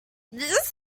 this